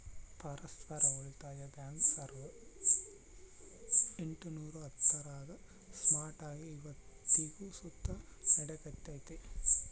ಪರಸ್ಪರ ಉಳಿತಾಯ ಬ್ಯಾಂಕ್ ಸಾವುರ್ದ ಎಂಟುನೂರ ಹತ್ತರಾಗ ಸ್ಟಾರ್ಟ್ ಆಗಿ ಇವತ್ತಿಗೂ ಸುತ ನಡೆಕತ್ತೆತೆ